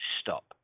stop